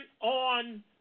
on